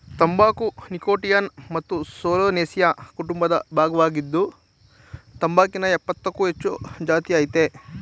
ತಂಬಾಕು ನೀಕೋಟಿಯಾನಾ ಮತ್ತು ಸೊಲನೇಸಿಯಿ ಕುಟುಂಬದ ಭಾಗ್ವಾಗಿದೆ ತಂಬಾಕಿನ ಯಪ್ಪತ್ತಕ್ಕೂ ಹೆಚ್ಚು ಜಾತಿಅಯ್ತೆ